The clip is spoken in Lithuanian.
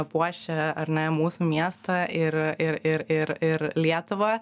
puošia ar ne mūsų miestą ir ir ir ir lietuvą